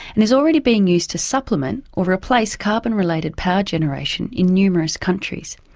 and is already being used to supplement or replace carbon-related power generation in numerous countries.